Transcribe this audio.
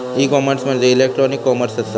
E commerce म्हणजे electronic commerce असा